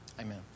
Amen